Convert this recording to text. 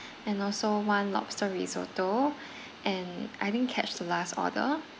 and also one lobster risotto and I didn't catch the last order